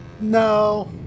No